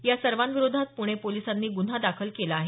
या सर्वांविरोधात पुणे पोलिसांनी गुन्हा दाखल केला आहे